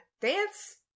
Dance